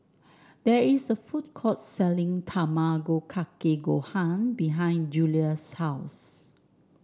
there is a food court selling Tamago Kake Gohan behind Julia's house